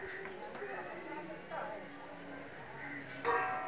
भीम से यू.पी.आई में रूपए कैसे भेजें?